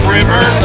River